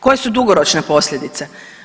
Koje su dugoročne posljedice?